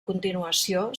continuació